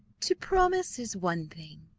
to promise is one thing,